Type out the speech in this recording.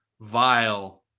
vile